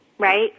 Right